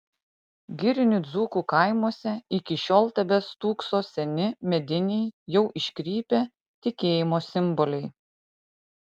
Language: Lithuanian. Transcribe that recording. girinių dzūkų kaimuose iki šiol tebestūkso seni mediniai jau iškrypę tikėjimo simboliai